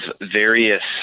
various